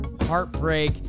heartbreak